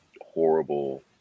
horrible